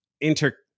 inter